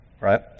right